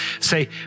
Say